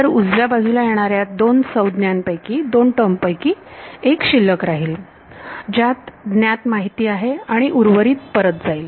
तर उजव्या बाजूला येणार्या दोन संज्ञांपैकी एक शिल्लक राहील ज्यात ज्ञात माहिती आहे आणि उर्वरित परत जाईल